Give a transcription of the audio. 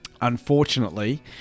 Unfortunately